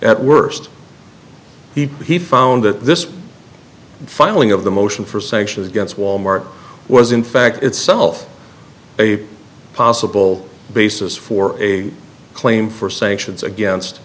at worst he he found that this finally of the motion for sanctions against wal mart was in fact itself a possible basis for a claim for sanctions against